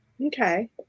Okay